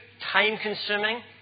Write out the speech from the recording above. time-consuming